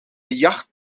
jacht